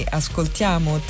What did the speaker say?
ascoltiamo